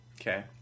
Okay